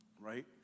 right